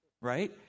right